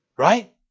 Right